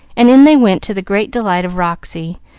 and in they went to the great delight of roxy,